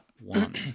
one